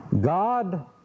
God